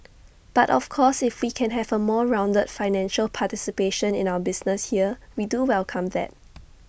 but of course if we can have A more rounded financial participation in our business here we do welcome that